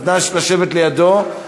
אז גש לשבת לידו.